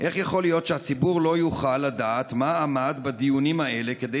איך יכול להיות שהציבור לא יוכל לדעת מה עמד בדיונים האלה כדי